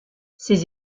ces